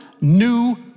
new